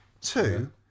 Two